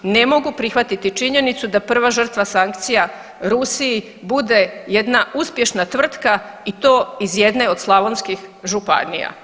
Ne mogu prihvatiti činjenicu da prva žrtva sankcija Rusiji bude jedna uspješna tvrtka i to iz jedne od slavonskih županija.